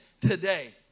Today